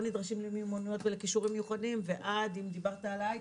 נדרשים למיומנויות ולכישורים מיוחדים ועד הקצה,